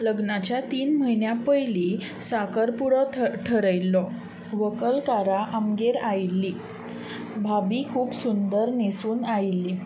लग्नाच्या तीन म्हयन्या पयलीं साकर पुडो थारायल्लो व्हंकलकारां आमगेर आयिल्लीं भाभी खूब सुंदर न्हेंसून आयिल्ली